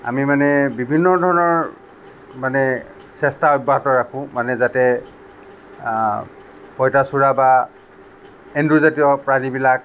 আমি মানে বিভিন্ন ধৰণৰ মানে চেষ্টা অব্যাহত ৰাখোঁ মানে যাতে পঁইতাচোৰা বা এন্দুৰজাতীয় প্ৰাণীবিলাক